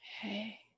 Hey